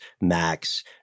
Max